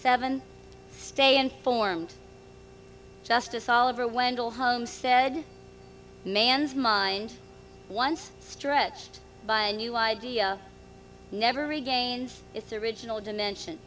seven stay informed justice oliver wendell holmes said man's mind once stretched by a new idea never regains its original dimension